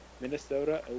Minnesota